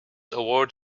award